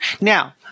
now